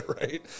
Right